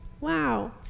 Wow